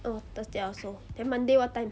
oh thursday I also then monday what time